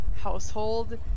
household